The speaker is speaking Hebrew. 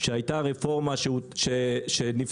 שהייתה רפורמה שנפסלה,